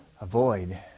avoid